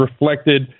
reflected